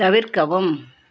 தவிர்க்கவும்